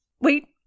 Wait